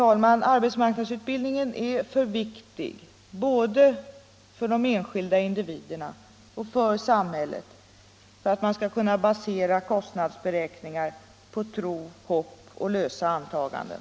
Arbetsmarknadsutbildningen är för viktig både för de enskilda individerna och för samhället för att man skall kunna basera kostnadsberäkningar på tro, hopp och lösa antaganden.